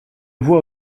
voit